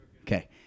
okay